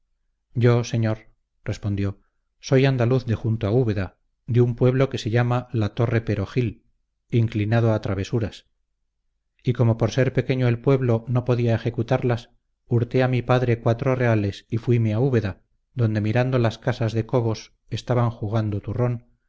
yo señor respondió soy andaluz de junto a úbeda de un pueblo que se llama la torre pero gil inclinado a travesuras y como por ser pequeño el pueblo no podía ejecutarlas hurté a mi padre cuatro reales y fuime a úbeda donde mirando las casas de cobos estaban jugando turrón